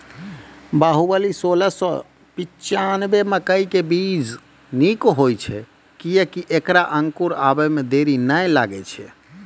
बाहुबली सोलह सौ पिच्छान्यबे मकई के बीज निक होई छै किये की ऐकरा अंकुर आबै मे देरी नैय लागै छै?